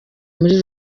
muri